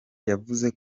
yavuze